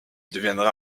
deviendra